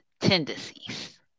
tendencies